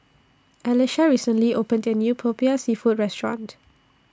Elisha recently opened A New Popiah Seafood Restaurant